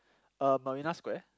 uh Marina-Square